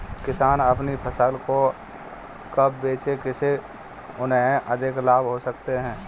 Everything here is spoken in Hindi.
किसान अपनी फसल को कब बेचे जिसे उन्हें अधिक लाभ हो सके?